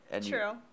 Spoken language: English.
True